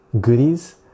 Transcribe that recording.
goodies